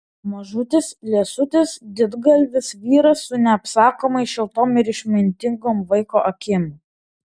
mažutis liesutis didgalvis vyras su neapsakomai šiltom ir išmintingom vaiko akim